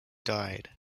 died